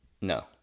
No